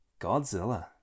Godzilla